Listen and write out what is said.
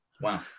Wow